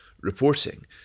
reporting